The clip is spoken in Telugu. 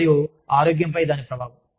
మరియు ఆరోగ్యంపై దాని ప్రభావం